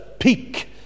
peak